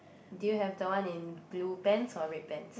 do you have the one in blue pants or red pants